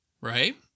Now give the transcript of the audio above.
right